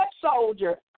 soldier